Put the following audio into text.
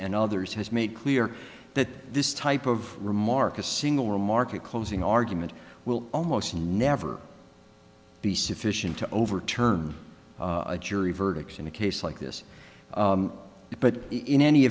and others has made clear that this type of remark a single remark a closing argument will almost never be sufficient to overturn a jury verdicts in a case like this but in any